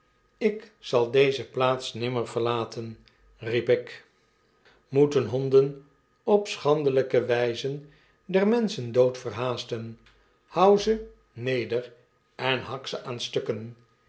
ik zal deze plaats nimmer verlaten riep ik mm de klok van meester humphrey moeten honden op schandelijke wyze der menschen dood verhaasten houw zenederen hak ze aan stukken